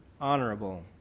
honorable